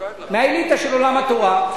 מהאליטה של עולם התורה.